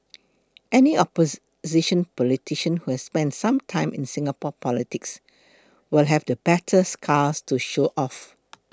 any opposition politician who has spent some time in Singapore politics will have the battle scars to show off